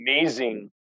amazing